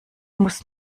muss